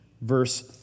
verse